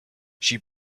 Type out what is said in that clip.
she